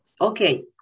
Okay